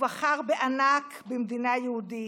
ובחר בענק במדינה יהודית.